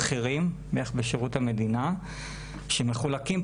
כתבתם שהכהונה שלהם היא שמונה שנים,